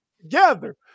together